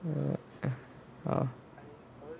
uh